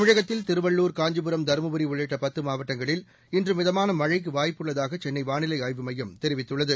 தமிழகத்தில் திருவள்ளூர் காஞ்சிபுரம் தருமபுரி உள்ளிட்ட பத்து மாவட்டங்களில் இன்று மிதமான மழைக்கு வாய்ப்பு உள்ளதாக சென்னை வானிலை ஆய்வு மையம் தெரிவித்துள்ளது